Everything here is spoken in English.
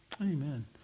Amen